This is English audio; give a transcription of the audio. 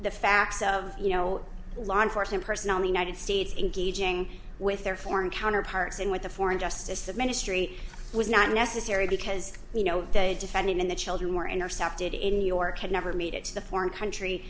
the facts of you know law enforcement personnel in the united states engaging with their foreign counterparts in with the foreign justice ministry was not necessary because you know day defending when the children were intercepted in new york had never made it to the foreign country